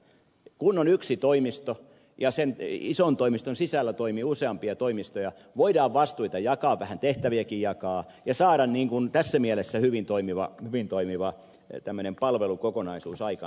kun on yksi toimisto ja sen ison toimiston sisällä toimii useampia toimistoja voidaan vastuita jakaa vähän tehtäviäkin jakaa ja saada tässä mielessä tämmöinen hyvin toimiva palvelukokonaisuus aikaan